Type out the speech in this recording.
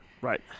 Right